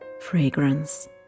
fragrance